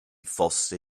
fosse